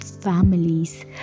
families